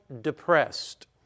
depressed